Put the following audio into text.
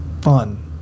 fun